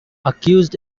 accused